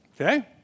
Okay